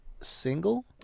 single